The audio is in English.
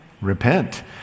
Repent